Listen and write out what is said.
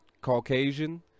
Caucasian